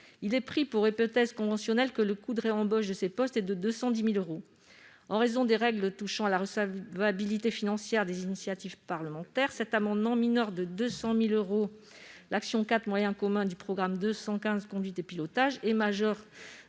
Il est pris pour hypothèse conventionnelle que le coût de réembauche de ces postes est de 210 000 euros. En raison des règles touchant à la recevabilité financière des initiatives parlementaires, cet amendement vise également à minorer de 210 000 euros l'action 4, Moyens communs, du programme 215, « Conduite et pilotage des